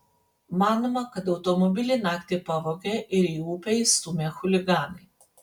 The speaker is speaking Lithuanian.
manoma kad automobilį naktį pavogė ir į upę įstūmė chuliganai